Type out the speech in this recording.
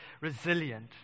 resilient